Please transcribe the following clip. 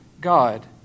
God